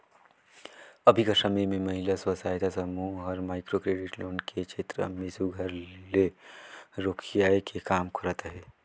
अभीं कर समे में महिला स्व सहायता समूह हर माइक्रो क्रेडिट लोन के छेत्र में सुग्घर ले रोखियाए के काम करत अहे